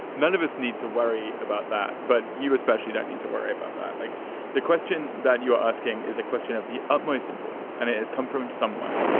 none of us need to worry about that. but you especially don't need to worry about that. like the question that you're asking is a question of the utmost importance. and it has come from somewhere.